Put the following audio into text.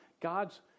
God's